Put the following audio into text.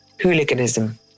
hooliganism